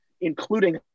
including